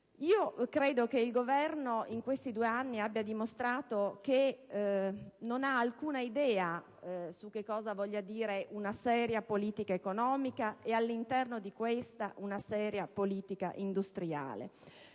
Credo che il Governo in questi due anni abbia dimostrato di non avere alcuna idea di che cosa voglia dire una seria politica economica e, all'interno di questa, una seria politica industriale.